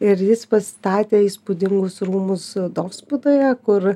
ir jis pasistatė įspūdingus rūmus dospudoje kur